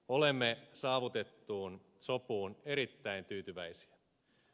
olemme saavutettuun sopuun erittäin tyytyväisiä